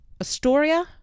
Astoria